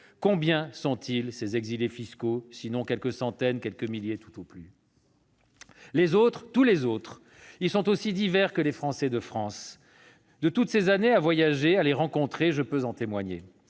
combien sont-ils, ces exilés fiscaux, sinon quelques centaines, quelques milliers tout au plus ? Les autres, tous les autres, sont aussi divers que les Français de France ! Fort de toutes ces années à voyager et à les rencontrer, je peux en témoigner.